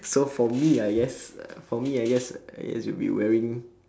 so for me I guess for me I guess uh for me I guess uh is to be wearing